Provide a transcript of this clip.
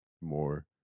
more